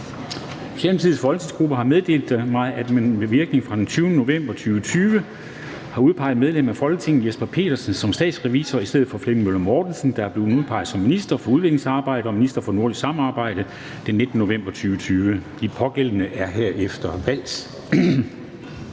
Socialdemokratiets folketingsgruppe har meddelt mig, at man med virkning fra den 20. november 2020 har udpeget medlem af Folketinget Jesper Petersen som statsrevisor i stedet for Flemming Møller Mortensen, der er blevet udpeget som minister for udviklingssamarbejde og minister for nordisk samarbejde den 19. november 2020. Den pågældende er herefter valgt.